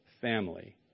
family